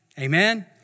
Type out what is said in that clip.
Amen